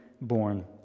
born